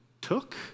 took